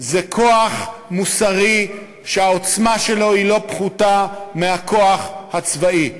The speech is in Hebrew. זה כוח מוסרי שהעוצמה שלו היא לא פחותה מהכוח הצבאי.